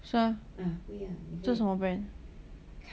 是 meh 这什么 brand